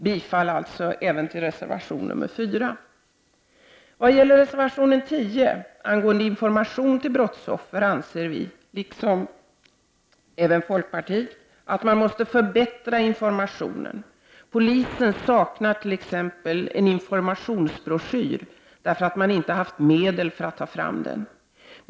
Jag yrkar bifall till reservation 4. Vad gäller reservation 10 angående information till brottsoffer anser vi, liksom folkpartiet, att man måste förbättra informationen. Polisen saknar t.ex. en informationsbroschyr, därför att man inte haft medel för att ta fram en sådan.